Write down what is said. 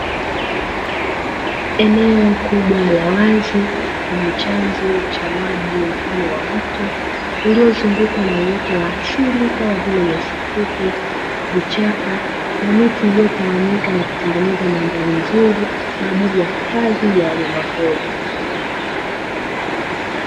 Eneo kubwa la wazi lenye chanzo cha maji mfano wa mto ulio zungukwa na uoto wa asili kama vile nyasi fupi, vichaka na miti iliyo tawanyika na kutengeneza mandhari nzuri kwaajili ya hifadhi ya wanyama pori.